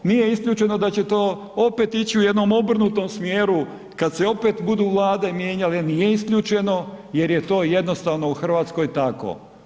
Nije isključeno da će to opet ići u jednom obrnutom smjeru kad se opet budu Vlade mijenjale, nije isključeno jer je to jednostavno u Hrvatskoj tako.